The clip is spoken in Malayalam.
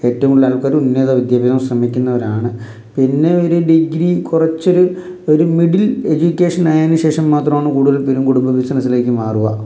ഏറ്റവും കൂടുതൽ ആൾക്കാർ ഉന്നത വിദ്യാഭ്യാസം ശ്രമിക്കുന്നവരാണ് പിന്നെ ഒരു ഡിഗ്രി കുറച്ചു ഒരു ഒരു മിഡിൽ എജ്യൂക്കേഷൻ ആയതിന് ശേഷം മാത്രമാണ് കൂടുതൽ പേരും കുടുംബ ബിസിനസ്സിലേക്ക് മാറുക